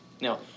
Now